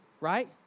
right